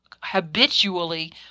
habitually